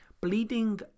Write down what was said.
bleeding